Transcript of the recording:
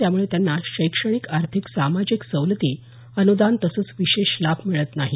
त्यामुळे त्यांना शैक्षणिक आर्थिक सामाजिक सवलती अनुदान तसंच विशेष लाभ मिळत नाहीत